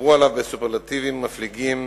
דיברו עליו בסופרלטיבים מפליגים